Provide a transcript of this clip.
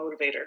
motivator